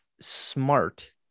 smart